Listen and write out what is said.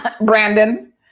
Brandon